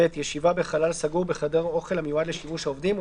ישיבה בחלל סגור בחדר אוכל המיועד לשימוש העובדים,